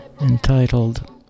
entitled